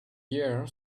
year